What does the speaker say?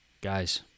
Guys